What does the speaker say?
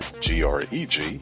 G-R-E-G